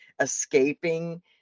escaping